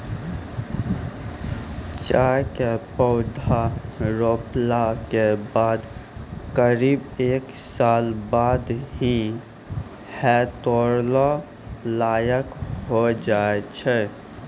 चाय के पौधा रोपला के बाद करीब एक साल बाद ही है तोड़ै लायक होय जाय छै